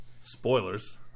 Spoilers